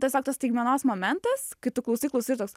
tiesiog tos staigmenos momentas kai tu klausai klausai ir toks